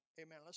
Amen